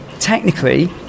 technically